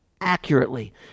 accurately